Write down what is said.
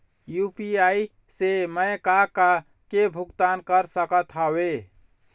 UPI से मैं का का के भुगतान कर सकत हावे?